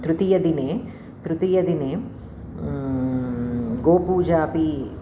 तृतीयदिने तृतीयदिने गोपूजापि